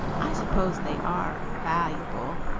i suppose they are valuable.